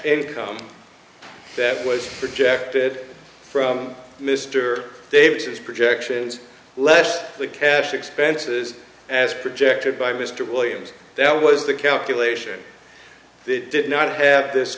income that was projected from mr davis projections less the cash expenses as projected by mr williams that was the calculation that did not have this